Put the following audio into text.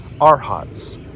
Arhats